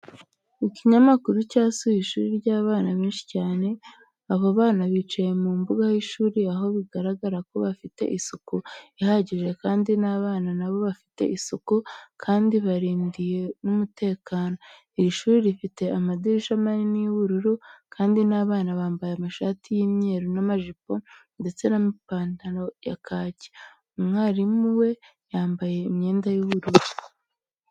Ikinyamakuru cyasuye ishuri ry'abana benshi cyane, abo bana bicaye mu mbuga y'ishuri aho bigaragara ko hafite isuku ihagije kandi n'abana na bo bafite isuku kandi barindiwe n'umutekano, iri shuri rifite amadirishya manini y'ubururu kandi n'abana bambaye amashati y'imyeru n'amajipo ndetse n'amapantaro ya kaki, umwarimu we yambaye imyenda y'ubururu.